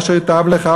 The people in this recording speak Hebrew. אשר ייטב לך,